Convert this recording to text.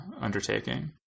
undertaking